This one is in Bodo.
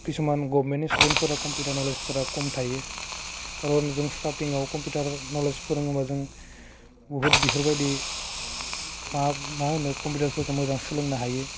खिसुमान गभमेन्टनि स्थुडेनफोरा कम्पिउटार नलेजफोरा खम थायो खार'न जों स्टारटिङाव कम्पिउटार नलेज फोरोङोब्ला जों बहुद बेफोरबायदि मा मा होनो कम्पिउटारफोरखौ मोजां सोलोंनो हायो